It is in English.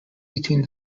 between